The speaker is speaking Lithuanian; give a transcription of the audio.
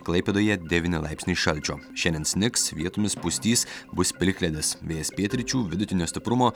klaipėdoje devyni laipsniai šalčio šiandien snigs vietomis pustys bus plikledis vėjas pietryčių vidutinio stiprumo